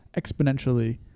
exponentially